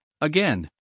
again